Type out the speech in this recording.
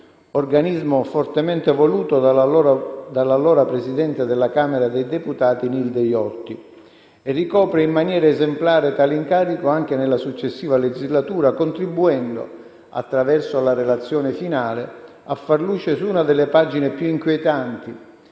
organismo fortemente voluto dall'allora presidente della Camera dei deputati Nilde Iotti - e ricopre in maniera esemplare tale incarico anche nella successiva legislatura, contribuendo, attraverso la relazione finale, a far luce su una delle pagine più inquietanti